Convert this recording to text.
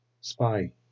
Spy